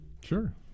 Sure